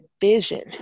vision